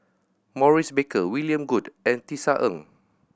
Maurice Baker William Goode and Tisa Ng